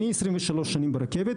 אני 23 שנה ברכת.